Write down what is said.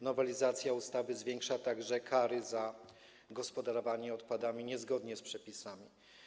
Nowelizacja ustawy zaostrza kary za gospodarowanie odpadami niezgodnie z przepisami.